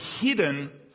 hidden